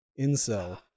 incel